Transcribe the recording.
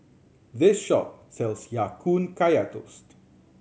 this shop sells Ya Kun Kaya Toast